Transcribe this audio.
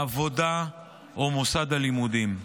העבודה או מוסד הלימודים.